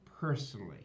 personally